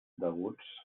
deguts